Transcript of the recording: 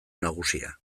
nagusia